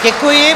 Děkuji.